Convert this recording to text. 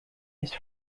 his